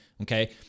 Okay